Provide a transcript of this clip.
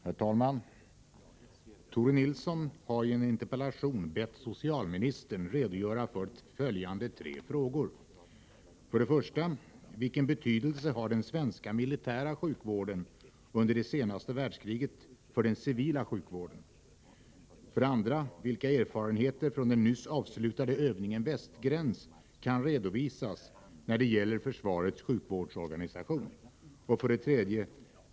Herr talman! Tore Nilsson har i en interpellation bett socialministern redogöra för följande tre frågor: 1. Vilken betydelse hade den svenska militära sjukvården under det senaste världskriget för den civila sjukvården? 2. Vilka erfarenheter från den nyss avslutade övningen Västgräns kan redovisas när det gäller försvarets sjukvårdsorganisation? 3.